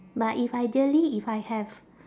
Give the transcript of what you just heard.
but if ideally if I have